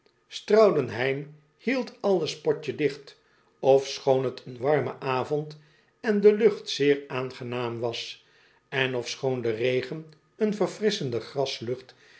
straudenheim hield alles potjedicht ofschoon t een warme avond en de lucht zeer aangenaam was en ofschoon de regen een verfrisschende